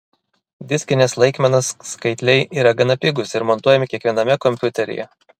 diskinės laikmenos skaitliai yra gana pigūs ir montuojami kiekviename kompiuteryje